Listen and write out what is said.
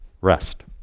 rest